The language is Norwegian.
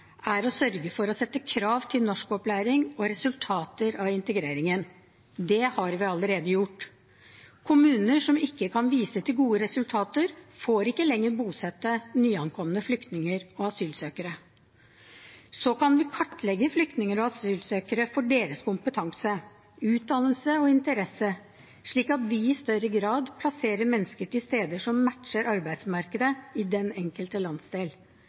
er å sørge for å sette krav til norskopplæring og resultater av integreringen. Det har vi allerede gjort. Kommuner som ikke kan vise til gode resultater, får ikke lenger bosette nyankomne flyktninger og asylsøkere. Så kan vi kartlegge flyktninger og asylsøkere for deres kompetanse, utdannelse og interesser, slik at vi i større grad plasserer mennesker på steder som matcher arbeidsmarkedet i den enkelte landsdel.